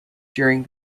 during